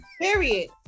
period